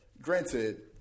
granted